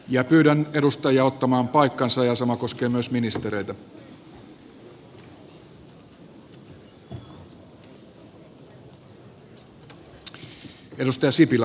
ja kylän edustaja ottamaan seisomaan ja painamalla p painiketta